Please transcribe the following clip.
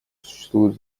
существуют